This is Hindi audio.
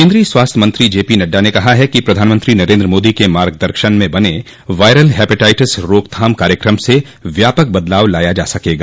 केन्द्रीय स्वास्थ्य मंत्री जे पी नड्डा ने कहा है कि प्रधानमंत्री नरेन्द्र मोदी के मार्ग दर्शन में बने वायरल हेपेटाइटिस रोकथाम कार्यक्रम से व्यापक बदलाव लाया जा सकेगा